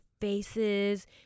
faces